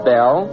Bell